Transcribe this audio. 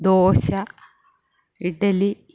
dosa idli